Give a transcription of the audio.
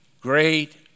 great